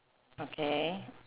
okay